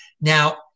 Now